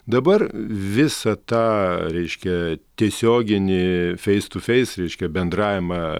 dabar visą tą reiškia tiesioginį feis tiu feis reiškia bendravimą